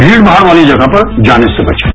भीड़भाड़ वाली जगह पर जाने से बचें